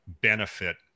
benefit